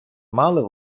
мали